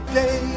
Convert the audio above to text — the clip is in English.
day